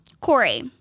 Corey